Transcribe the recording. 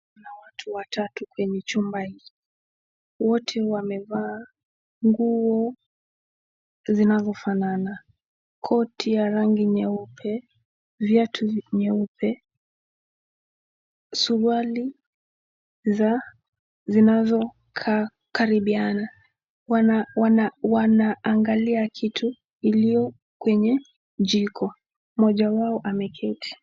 Kuna watu watatu kwemye chumba hiki. Wote wamevaa nguo zinazofanana. Koti ya rangi nyeupe, viatu nyeupe, suruali za zinazokaribiana. Wanaangalia kitu ile kwenye jiko. Mmoja wao ameketi.